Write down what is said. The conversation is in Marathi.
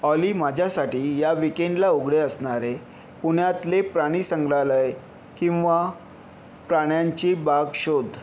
ऑली माझ्यासाठी या वीकेंडला उघडे असणारे पुण्यातले प्राणी संग्रहालय किंवा प्राण्यांची बाग शोध